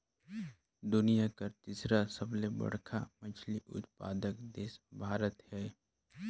दुनिया कर तीसर सबले बड़खा मछली उत्पादक देश भारत हे